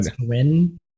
win